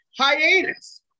hiatus